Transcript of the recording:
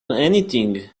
anything